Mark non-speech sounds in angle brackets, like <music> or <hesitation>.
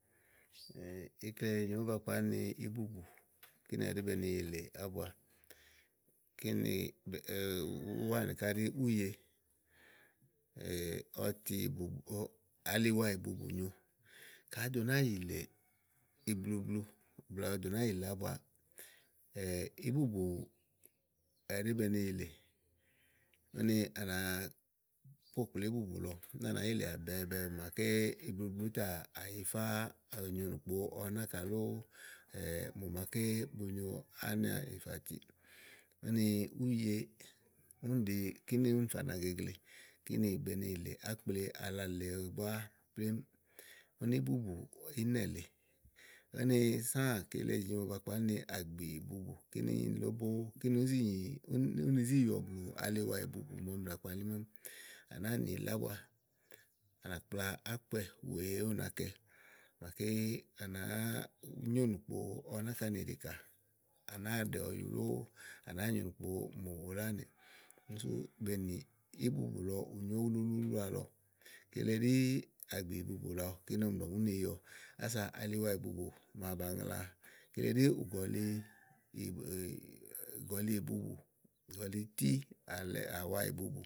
<hesitation> ikle nyòo ówó ba kpalí ni íbùbù. Kìni ɛɖi be ni yìlè ábua. Kíni <hesitation> úwaa nì ká ɖì úye <hesitation> otibualiwaìbubù nyòo. Ka àá do nàa yìlè iblublu blɛ̀ɛ ɔwɔ dò nàáa yìlè ábuàà <hesitation> íbùbù ɛɖí be ni yìlè. Úni à nàá kpòkpli íbùbù lɔ úni ànàá yilè bɛ̀ɛ bɛ̀ɛ màaké iblublu tà yifá ònyonùkpo ɔwɔ náka lóó mòmàa ké bu nyo á nà íƒati, úni úye kíni únì ɖìi kíni úni ƒana gegle kíni be yìlè akple ala lèe búá uni ìbùbù ínɛ̀ lèe, úni sãã kile nyòo ba kpalí ni àgbì ìbubù kíni ìí nyi lóbóó, kìni ìí zì nyì kíni ìí zi yɔ blù aliwa ìbu bù màa ɔmi ɖàa kpalí. Á nàá nì yìlè ábua, à nà kpla ákpɛ̀ wèe ú nàákɛ màaké à nàá nyo nùkpo ɔwɔ náka nìɖìkà à nàa ɖè ɔyu lóó à nà nyò nùkpo mò lánì úní sú bèe nìí íbùbù lɔ, ù nyo ululuulu àlɔ. Kile ɖí àgbì ìbubù kínì ìí yɔ kása aliwa íbubù màa bàa ŋla kile ɖí ùgɔ̀lí, Úgòli íbubù ùgɔ̀ li tí àwa íbubù.